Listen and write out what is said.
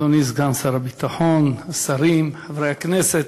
אדוני סגן שר הביטחון, שרים, חברי הכנסת,